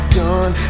done